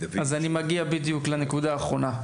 אני מגיע בדיוק לנקודה האחרונה.